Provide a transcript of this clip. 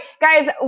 guys